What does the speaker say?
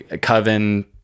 coven